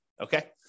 okay